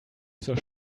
zur